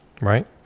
right